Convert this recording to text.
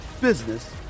business